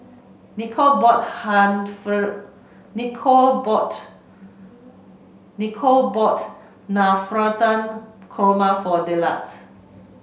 Nicolle bought Nicolle bought Nicolle bought Navratan Korma for Dillard